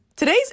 Today's